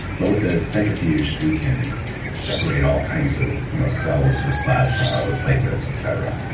but with a centrifuge, we can separate all kinds of you know cells or plasma or platelets, et cetera,